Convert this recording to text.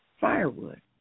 firewood